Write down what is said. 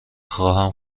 خواهم